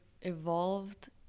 evolved